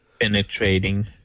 Penetrating